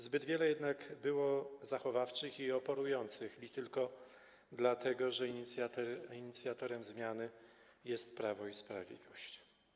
Zbyt wiele jednak było zachowawczych, oporujących li tylko dlatego, że inicjatorem zmiany jest Prawo i Sprawiedliwość.